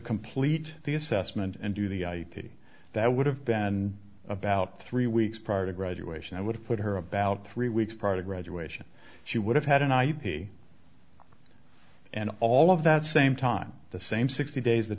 complete the assessment and do the id that would have been about three weeks prior to graduation i would put her about three weeks prior to graduation she would have had an ip and all of that same time the same sixty days th